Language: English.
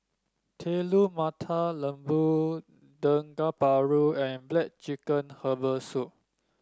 Telur Mata Lembu Dendeng Paru and black chicken Herbal Soup